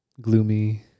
gloomy